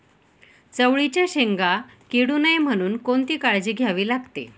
चवळीच्या शेंगा किडू नये म्हणून कोणती काळजी घ्यावी लागते?